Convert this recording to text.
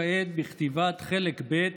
בכתיבת חלק ב'